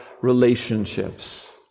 relationships